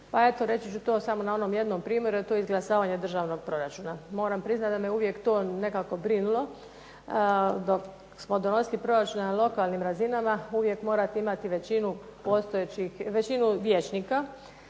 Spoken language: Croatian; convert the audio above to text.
Pa reći ću to samo na onom jednom primjeru, to je izglasavanje državnog proračuna. Moram priznati da me je to nekako brinulo dok smo donosili proračun na lokalnim razinama, uvijek morate imati većinu vijećnika